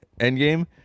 endgame